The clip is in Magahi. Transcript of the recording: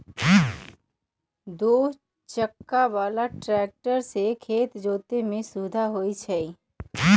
दू चक्का बला ट्रैक्टर से खेत जोतय में सुविधा होई छै